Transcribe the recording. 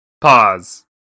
pause